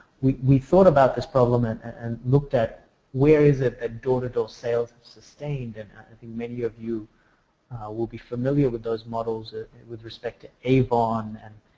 we we thought about this problem and looked at where is it, a door-to-door sales sustained and i think many of you will be familiar with those models with respect to avon and